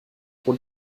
pro